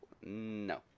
No